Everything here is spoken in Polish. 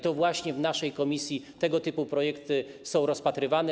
To właśnie w naszej komisji tego typu projekty są rozpatrywane.